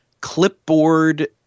clipboard